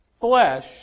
flesh